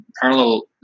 parallel